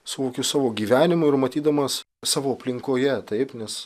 suvokiu savo gyvenimu ir matydamas savo aplinkoje taip nes